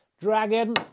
dragon